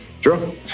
Sure